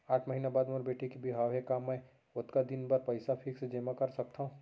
आठ महीना बाद मोर बेटी के बिहाव हे का मैं ओतका दिन भर पइसा फिक्स जेमा कर सकथव?